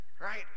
right